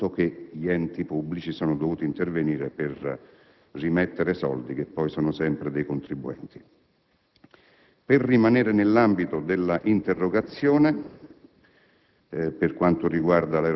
al punto che gli enti pubblici sono dovuti intervenire destinando risorse che provengono sempre dai contribuenti. Per rimanere nell'ambito dell'interrogazione,